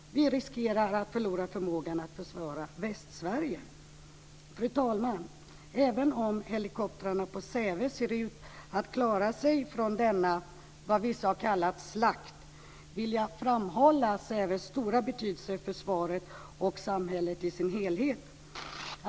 Vi riskerar att förlora förmågan att försvara Västsverige. Fru talman! Även om helikoptrarna på Säve ser ut att klara sig från denna, som vissa har kallat det, slakt vill jag framhålla dess stora betydelse för försvaret och samhället i dess helhet.